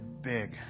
big